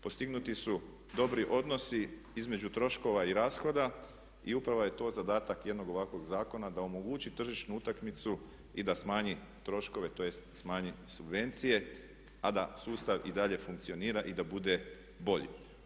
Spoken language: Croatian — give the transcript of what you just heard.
Postignuti su dobri odnosi između troškova i rashoda i upravo je to zadatak jednog ovakvog zakona da omogući tržišnu utakmicu i da smanji troškove tj. smanji subvencije, a da sustav i dalje funkcionira i da bude bolji.